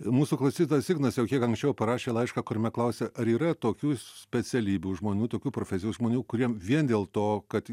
mūsų klausytojas ignas jau kiek anksčiau parašė laišką kuriame klausia ar yra tokių specialybių žmonių tokių profesijų žmonių kuriem vien dėl to kad